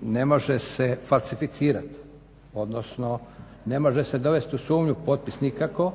ne može se falsificirati, odnosno ne može se dovest u sumnju potpis nikako,